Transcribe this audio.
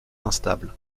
instable